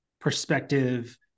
perspective